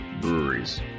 breweries